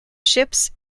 ships